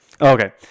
Okay